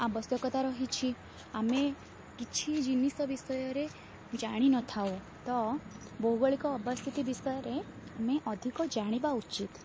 ଆବଶ୍ୟକତା ରହିଛି ଆମେ କିଛି ଜିନିଷ ବିଷୟରେ ଜାଣି ନଥାଉ ତ ଭୌଗଳିକ ଅବସ୍ଥିତି ବିଷୟରେ ଆମେ ଅଧିକ ଜାଣିବା ଉଚିତ